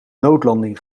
noodlanding